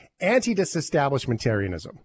Anti-disestablishmentarianism